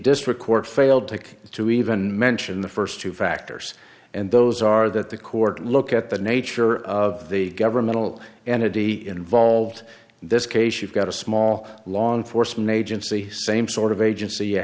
district court failed take to even mention the first two factors and those are that the court look at the nature of the governmental entity involved in this case you've got a small law enforcement agency same sort of agency